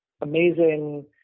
amazing